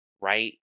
right